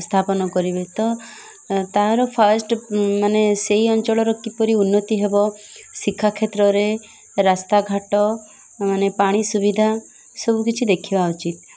ସ୍ଥାପନ କରିବେ ତ ତାହାର ଫାଷ୍ଟ୍ ମାନେ ସେଇ ଅଞ୍ଚଳର କିପରି ଉନ୍ନତି ହେବ ଶିକ୍ଷା କ୍ଷେତ୍ରରେ ରାସ୍ତାଘାଟ ମାନେ ପାଣି ସୁବିଧା ସବୁକିଛି ଦେଖିବା ଉଚିତ୍